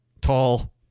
tall